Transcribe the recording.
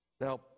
now